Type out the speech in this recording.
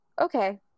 Okay